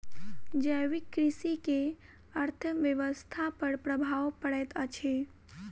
जैविक कृषि के अर्थव्यवस्था पर प्रभाव पड़ैत अछि